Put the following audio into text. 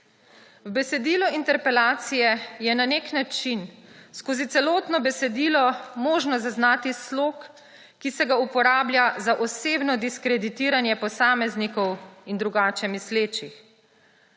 V besedilu interpelacije je na nek način skozi celotno besedilo možno zaznati slog, ki se ga uporablja za osebno diskreditiranje posameznikov in drugače mislečih.